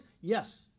Yes